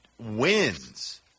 wins